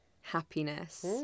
happiness